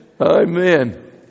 Amen